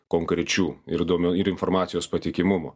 konkrečių ir duome ir informacijos patikimumo